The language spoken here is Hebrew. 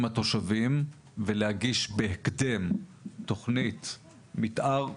התושבים ולהגיש בהקדם תוכנית מתאר הוגנת,